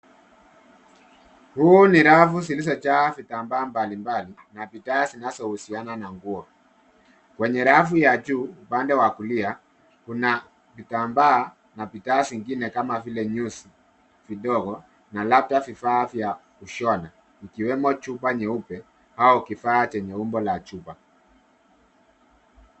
Huu ni rafu zilizo jaa vitambaa mbali mbali na bidhaa zinazo husiana na nguo. Kwenye rafu ya juu upande wa kulia kuna kitambaa na bidhaa zingine kama vile nyuzi vidogo na labda vifaa vya kushona ikiwemo chupa nyeupe au kifaa chenye umbo la chupa.